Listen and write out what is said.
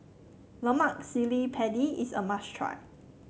Lemak Cili Padi is a must try